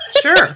Sure